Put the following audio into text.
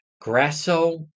Grasso